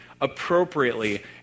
appropriately